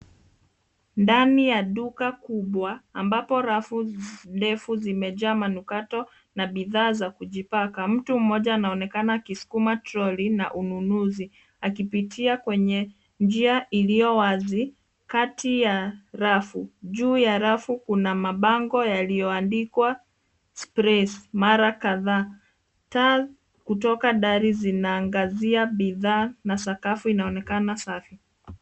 Ndani ya duka kubwa ambapo refu ndefu zimejaa manukato na bidhaa za kujipaka, mtu mmoja anaonekana akisukuma troli ya ununuzi akipita kwenye njia wazi kati ya rafu. Juu ya rafu kuna mabango yaliyoandikwa Sprays mara kadhaa. Taa kutoka dari zinaangazia bidhaa na sakafu inaonekana safi.